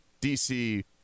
DC